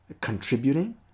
contributing